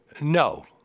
No